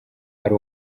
ari